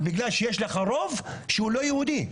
בגלל שיש לך רוב שהוא לא-יהודי.